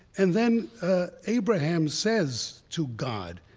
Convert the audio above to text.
and then ah abraham says to god,